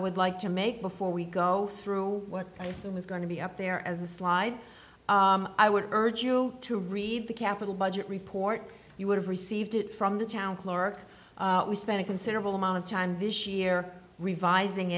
would like to make before we go through what i said was going to be up there as a slide i would urge you to read the capital budget report you would have received it from the town clerk we spent a considerable amount of time this year revising